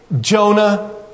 Jonah